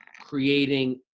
creating